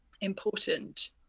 important